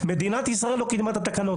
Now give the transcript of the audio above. מדינת ישראל לא קידמה את התקנות.